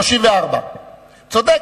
34. צודק,